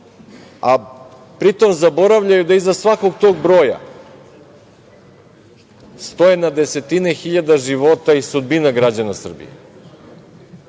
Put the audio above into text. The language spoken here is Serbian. a pri tom zaboravljaju da iza svakog tog broja stoje na desetine hiljada života i sudbina građana Srbije.